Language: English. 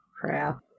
crap